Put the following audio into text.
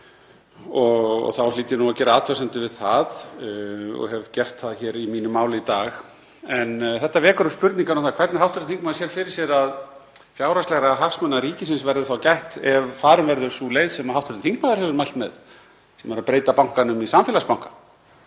tryggt hlýt ég að gera athugasemdir við það og hef gert það hér í máli mínu í dag. En þetta vekur upp spurningar um það hvernig hv. þingmaður sér fyrir sér að fjárhagslegra hagsmuna ríkisins verði gætt ef farin verður sú leið sem hv. þingmaður hefur mælt með, sem er að breyta bankanum í samfélagsbanka